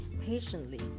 patiently